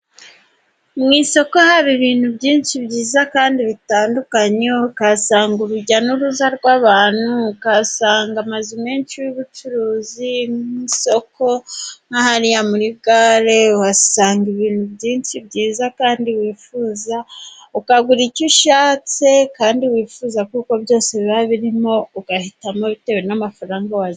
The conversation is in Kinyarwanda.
Mu isoko haba ibintu byinshi byiza kandi bitandukanye, ukahasanga urujya n'uruza rw'abantu, ukahasanga amazu menshi y'ubucuruzi mu isoko, nka hariya muri gare, uhasanga ibintu byinshi byiza kandi wifuza, ukagura icyo ushatse kandi wifuza, kuko byose biba birimo ugahitamo bitewe n'amafaranga wajyanye.